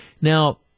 Now